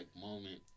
moment